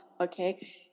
okay